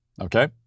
Okay